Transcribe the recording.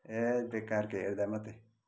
ए बेकारको हेर्दा मात्रै